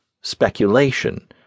speculation